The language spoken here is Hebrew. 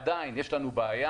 עדיין יש לנו בעיה.